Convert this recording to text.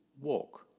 Walk